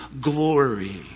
glory